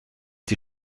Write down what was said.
die